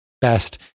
best